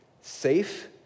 safe